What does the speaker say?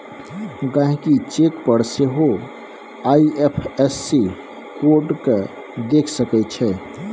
गहिंकी चेक पर सेहो आइ.एफ.एस.सी कोड केँ देखि सकै छै